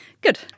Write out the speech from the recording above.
Good